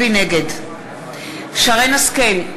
נגד שרן השכל,